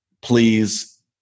please